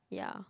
ya